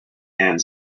hand